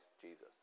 Jesus